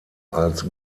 als